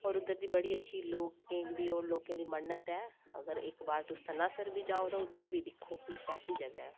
होर उद्धर बड़ी अच्छी लोकें दी मन्नत ऐ अगर इक बारी तुस सनासर बी जाओ ते उद्धर बी दिक्खो कि कैसी जगह् ऐ